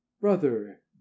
brother